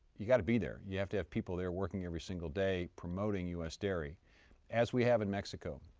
you've got to be there, you have to have people there working every single day promoting u s. dairy as we have in mexico.